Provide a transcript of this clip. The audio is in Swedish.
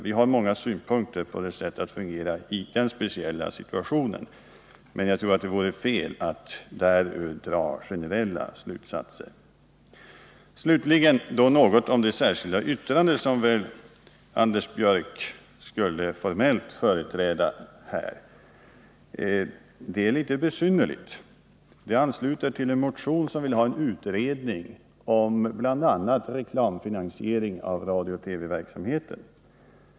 Vi har många synpunkter på dess sätt att fungera i den här speciella situationen, men jag tror att det vore fel att dra generella slutsatser. Till sist något om det särskilda yttrande som Anders Björck formellt skulle företräda. Det är litet besynnerligt, eftersom det ansluter sig till en motion där man framfört önskemål om en utredning om bl.a. reklamfinansiering av radiooch TV-verksamheten.